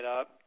up